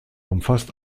umfasst